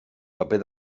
paper